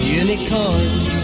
unicorns